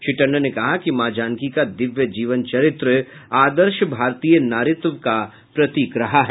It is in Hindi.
श्री टंडन ने कहा कि मां जानकी का दिव्य जीवन चरित्र आदर्श भारतीय नारीत्व का प्रतीक रहा है